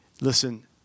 listen